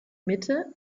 mitte